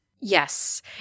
Yes